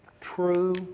true